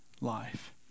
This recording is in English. life